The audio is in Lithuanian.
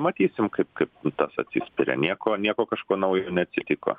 matysim kaip kaip tas atsispiria nieko nieko kažko naujo neatsitiko